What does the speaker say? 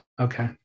okay